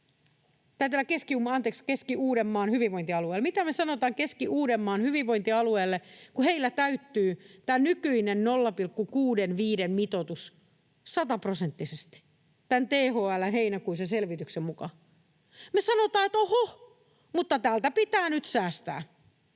sanotaan Keski-Uudenmaan hyvinvointialueelle? Mitä me sanotaan Keski-Uudenmaan hyvinvointialueelle, kun heillä täyttyy tämä nykyinen 0,65:n mitoitus sataprosenttisesti tämän THL:n heinäkuisen selvityksen mukaan? Me sanotaan, että oho, mutta täältä pitää nyt säästää.